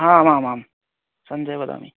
आम् आम् आम् सञ्जयः वदामि